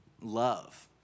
love